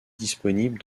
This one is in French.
disponible